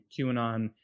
QAnon